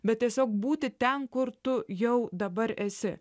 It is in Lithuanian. bet tiesiog būti ten kur tu jau dabar esi